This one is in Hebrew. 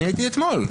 אני הייתי אתמול.